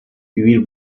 vivir